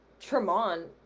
Tremont